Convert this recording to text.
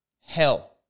Hell